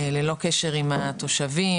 ללא קשר עם התושבים,